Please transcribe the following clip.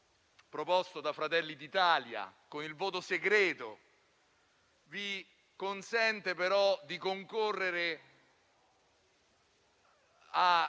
proposto da Fratelli d'Italia con il voto segreto. Ciò vi consente però di concorrere a